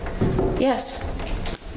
Yes